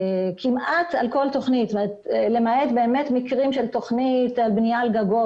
כמעט על כל תוכנית למעט באמת מקרים של תוכנית של בנייה על גגות